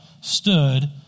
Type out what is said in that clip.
stood